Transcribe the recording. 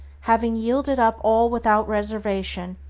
having yielded up all without reservation,